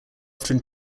often